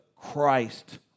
Christ